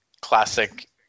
classic